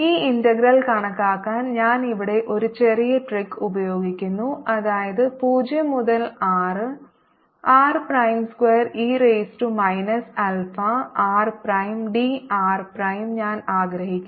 ഈ ഇന്റഗ്രൽ കണക്കാക്കാൻ ഞാൻ ഇവിടെ ഒരു ചെറിയ ട്രിക്ക് ഉപയോഗിക്കുന്നു അതായത് 0 മുതൽ r r prime square e raise to minus alpha R prime D R prime ഞാൻ ആഗ്രഹിക്കുന്നു